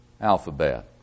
alphabet